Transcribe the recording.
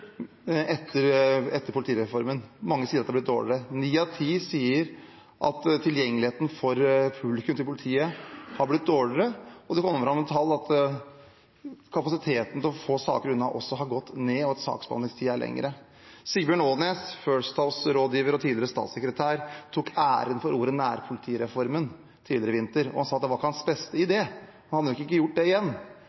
etter politireformen. Mange sier at den har blitt dårligere. Ni av ti sier at tilgjengeligheten til politiet for publikum har blitt dårligere, og det kommer fram i tallene at kapasiteten til å få saker unna også har gått ned, og at saksbehandlingstiden er lengre. Sigbjørn Aanes, First House-rådgiver og tidligere statssekretær, tok æren for ordet nærpolitireformen tidligere i vinter, og han sa at det nok ikke var hans beste